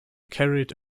carried